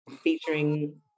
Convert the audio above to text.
featuring